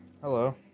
Hello